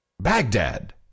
Baghdad